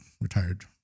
retired